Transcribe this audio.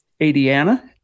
Adiana